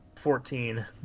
Fourteen